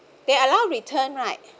they allow return right